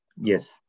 yes